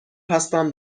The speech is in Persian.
هستم